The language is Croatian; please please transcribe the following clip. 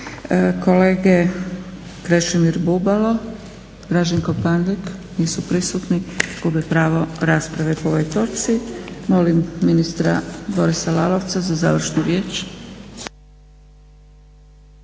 Kolege Krešimir Bubalo, Draženko Pandek. Nisu prisutni. Gube pravo rasprave po ovoj točci. Molim ministra Lalovca za završnu riječ.